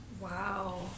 Wow